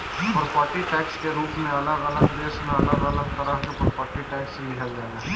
property tax के रूप में अलग अलग देश में अलग अलग तरह से प्रॉपर्टी टैक्स लिहल जाला